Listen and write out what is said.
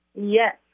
Yes